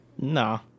No